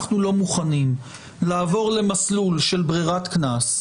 אנחנו לא מוכנים לעבור למסלול של ברירת קנס.